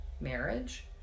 marriage